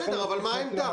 אבל מה העמדה?